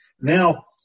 Now